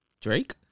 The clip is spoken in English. Drake